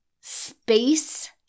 space